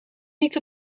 niet